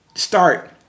Start